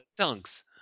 Dunks